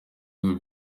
gihugu